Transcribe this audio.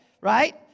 Right